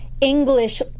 English